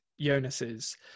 Jonas's